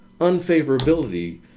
unfavorability